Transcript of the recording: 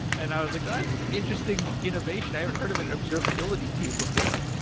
and i was like, ah that's interesting innovation. i haven't heard of an observability team before.